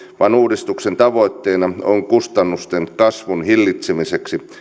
vaan uudistuksen tavoitteena on kustannusten kasvun hillitseminen